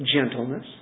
gentleness